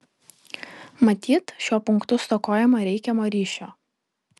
matyt šiuo punktu stokojama reikiamo ryšio